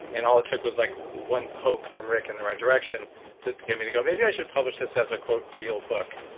and all it took was like one poke from rick in the right direction to get me to go, maybe i should publish this as a real book.